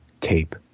tape